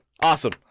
Awesome